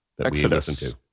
Exodus